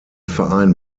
verein